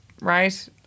Right